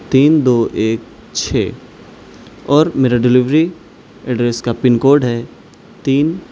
تین دو ایک چھ اور میرا ڈیلیوری ایڈریس کا پن کوڈ ہے تین